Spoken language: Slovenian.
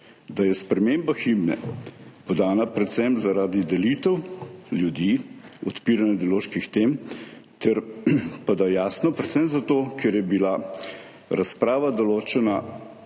Da je sprememba himne podana predvsem zaradi delitve ljudi in odpiranja ideoloških tem, je jasno predvsem zato, ker je bila brez razprave določena